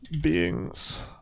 beings